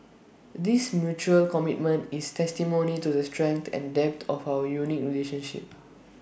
this mutual commitment is testimony to the strength and depth of our unique relationship